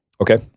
Okay